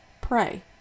pray